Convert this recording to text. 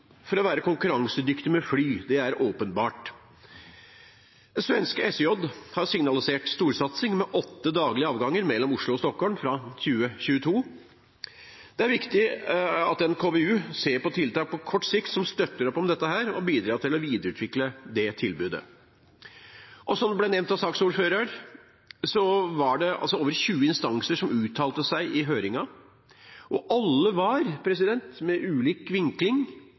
å kunne være konkurransedyktig med fly – det er åpenbart. Svenske SJ har signalisert storsatsing med åtte daglige avganger mellom Oslo og Stockholm fra 2022. Det er viktig at en KVU ser på tiltak som støtter opp om dette på kort sikt, og bidrar til å videreutvikle det tilbudet. Som det ble nevnt av saksordføreren, var det over 20 instanser som uttalte seg i høringen, og alle var med ulik vinkling